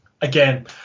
Again